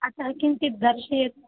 अतः किञ्चित् दर्शय